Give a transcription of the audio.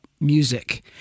music